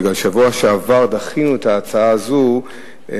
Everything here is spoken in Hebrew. כי בשבוע שעבר דחינו את ההצעה הזאת,